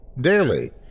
daily